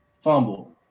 Fumble